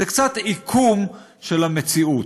זה קצת עיקום של המציאות.